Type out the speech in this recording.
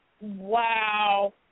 Wow